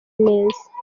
neza